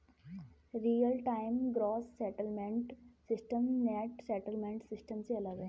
real time gross settlement system net settlement system से अलग है